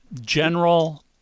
general